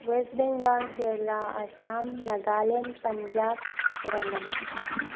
west Bengal Kerala Assam Nagaland Punjab Telangana